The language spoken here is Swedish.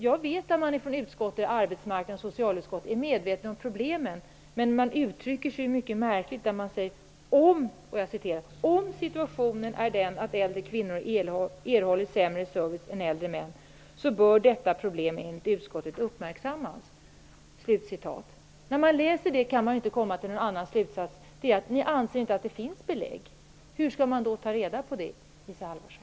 Jag vet att arbetsmarknadsutskottet och socialutskottet är medvetna om problemet, men arbetsmarknadsutskottet uttrycker sig mycket märkligt när man skriver: Om situationen är den att äldre kvinnor erhåller sämre service än äldre män, bör detta problem enligt utskottet uppmärksammas. När man läser detta, kan man inte komma till annan slutsats än att ni anser att det inte finns belägg för denna skillnad. Hur skall man då ta reda på det, Isa Halvarsson?